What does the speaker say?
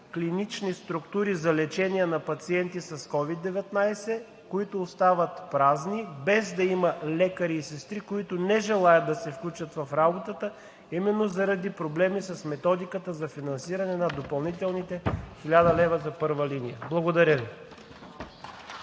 клинични структури за лечение на пациенти с COVID-19, които остават празни – без да има лекари и сестри, които не желаят да се включат в работата именно заради проблеми с методиката за финансиране на допълнителните 1000 лв. за първа линия. (Ръкопляскания